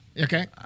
Okay